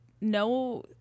no